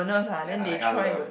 like I ask ah